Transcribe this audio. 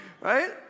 right